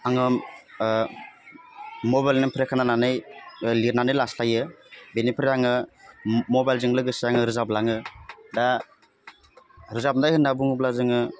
आङो मबाइलनिफ्राय खोनानानै लिरनानै लास्लायो बेनिफ्राय आङो मबाइलजों लोगोसे आङो रोजाबलाङो दा रोजाबनाय होन्ना बुङोब्ला जोङो